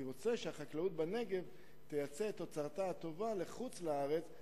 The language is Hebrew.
אני רוצה שהחקלאות בנגב תייצא את תוצרתה הטובה לחוץ-לארץ,